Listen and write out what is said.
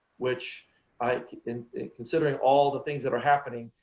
which i, considering all the things that are happening,